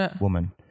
woman